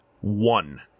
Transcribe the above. one